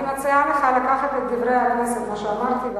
אני מציעה לך לקחת את "דברי הכנסת" ואת מה שאמרתי,